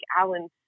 Alan